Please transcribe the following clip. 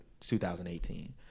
2018